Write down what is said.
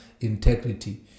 integrity